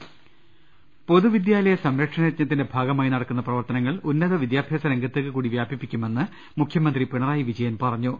ൾ ൽ ൾ പൊതുവിദ്യാലയ സംരക്ഷണ യജ്ഞത്തിന്റെ ഭാഗമായി നട ക്കുന്ന പ്രവർത്തനങ്ങൾ ഉന്നത വിദ്യാഭ്യാസ രംഗത്തേക്കു കൂടി വ്യാപിപ്പിക്കുമെന്ന് മുഖ്യമന്ത്രി പിണറായി വിജയൻ പറഞ്ഞു